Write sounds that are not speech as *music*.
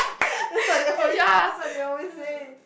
*breath* that's what they always say that's what they always say